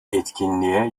etkinliğe